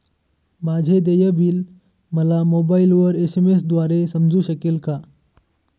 माझे देय बिल मला मोबाइलवर एस.एम.एस द्वारे समजू शकेल का?